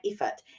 effort